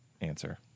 Answer